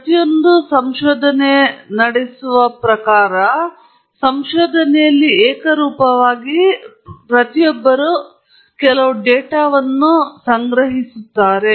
ಪ್ರತಿಯೊಂದೂ ನಡೆಸುವ ಸಂಶೋಧನೆಯ ಪ್ರಕಾರ ಏಕರೂಪವಾಗಿ ಒಬ್ಬರು ಕೆಲವು ಡೇಟಾವನ್ನು ಅಥವಾ ಇನ್ನೊಂದನ್ನು ಸಂಗ್ರಹಿಸುತ್ತಾನೆ